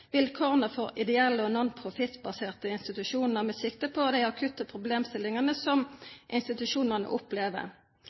vilkårene for ideelle og nonprofit-baserte institusjoner med sikte på de akutte problemstillingene som